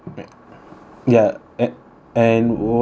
ya at and what's the thing ah